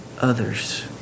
others